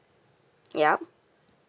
yup